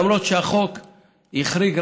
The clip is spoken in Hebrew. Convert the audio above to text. למרות שהחוק החריג,